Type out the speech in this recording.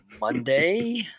Monday